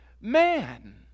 man